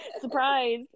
surprise